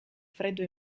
freddo